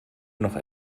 noch